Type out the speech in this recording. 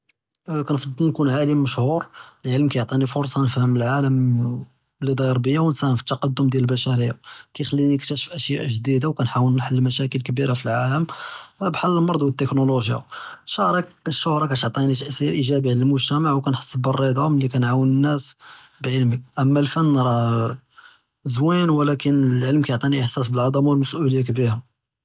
אה כנפצל נكون עלם משחור, אלעלם כא יתיני פורסה נפהם אלעאלם לי דאר ביא ונשאהם פי אלתקדמ דיאל אלבשריה, כיכ'ליני נקטשף אשיא ג'דידה וכנהאול נהל אלמושאכּיל אלכבירה פי אלעאלם בחאל אלמרד ואלתכנולג'יה, שריט דאלשׁהרה כתע'טיני ת׳ת׳יר איג'אבי עלא אלמוג'תמע וכנהסס בילרדה מלי כא נאוון אלנאס בעלמי, אמה אלפן ראה אה זויין ולקין אלעלם כיעטיני איחסאס בעלעזמה ואלמס'אוליה אלכבירה.